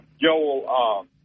Joel